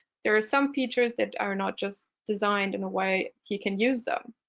there are some features that are not just designed in a way he can use them.